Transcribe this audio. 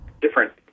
different